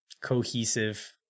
cohesive